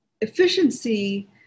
Efficiency